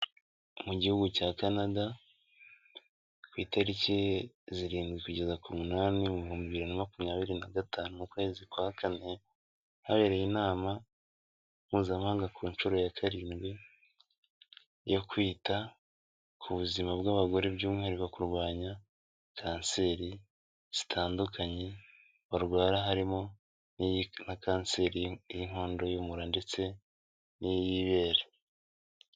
Mu Gihugu cya Canada, ku itariki zirindwi kugeza ku munani ibihumbi bibiri na makumyabiri na gatanu mu kwezi kwa kane, habereye inama mpuzamahanga ku nshuro ya karindwi yo kwita ku buzima bw'abagore by'umwihariko kurwanya kanseri zitandukanye barwara harimo na kanseri y'inkondo y'umura ndetse n'iy'ibere.